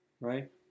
right